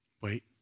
wait